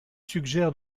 suggère